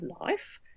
life